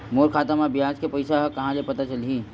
मोर खाता म ब्याज के पईसा ह कहां ले पता चलही?